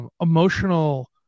Emotional